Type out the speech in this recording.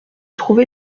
trouver